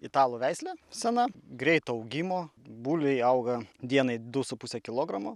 italų veislė sena greito augimo buliai auga dienai du su puse kilogramo